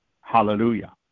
Hallelujah